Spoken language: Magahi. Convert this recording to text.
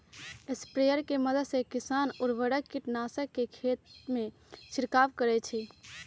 स्प्रेयर के मदद से किसान उर्वरक, कीटनाशक के खेतमें छिड़काव करई छई